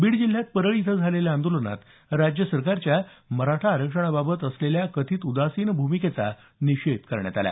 बीड जिल्ह्यात परळी इथं झालेल्या आंदोलनात राज्य सरकारच्या मराठा आरक्षणाबाबत असलेल्या कथित उदासीन भूमिकेचा निषेध करण्यात आला